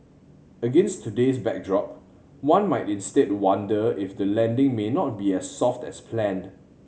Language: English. against today's backdrop one might instead wonder if the landing may not be as soft as planned